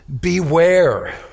beware